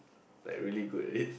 like really good at it